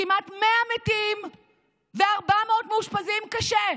כמעט 100 מתים ו-400 מאושפזים קשה?